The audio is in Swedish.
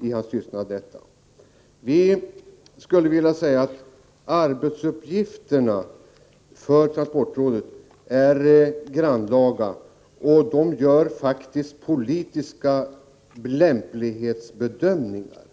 i hans tystnad. Transportrådets arbetsuppgifter är grannlaga. Rådet gör faktiskt politiska lämplighetsbedömningar.